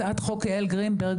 הצעת חוק יעל גרינברג,